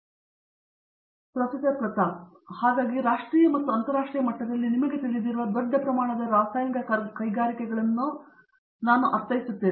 professor Pratap Haridoss ಹಾಗಾಗಿ ರಾಷ್ಟ್ರೀಯ ಮತ್ತು ಅಂತರರಾಷ್ಟ್ರೀಯ ಮಟ್ಟದಲ್ಲಿ ನಿಮಗೆ ತಿಳಿದಿರುವ ದೊಡ್ಡ ಪ್ರಮಾಣದ ರಾಸಾಯನಿಕ ಕೈಗಾರಿಕೆಗಳನ್ನು ನಾನು ಅರ್ಥೈಸುತ್ತೇನೆ